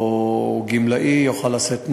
או גמלאי, יוכל לשאת נשק,